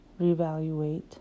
reevaluate